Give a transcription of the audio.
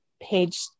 page